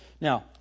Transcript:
Now